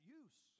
use